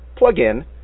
plugin